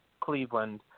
Cleveland